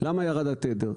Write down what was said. למה התדר ירד?